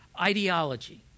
ideology